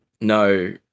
no